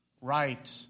right